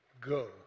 go